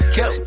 go